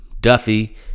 Duffy